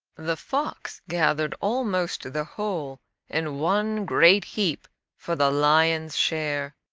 the fox gathered almost the whole in one great heap for the lion's share,